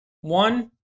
one